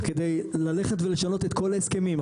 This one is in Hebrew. כדי ללכת ולשנות את כל ההסכמים,